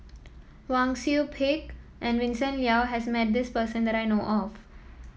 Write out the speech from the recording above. Wang Sui Pick and Vincent Leow has met this person that I know of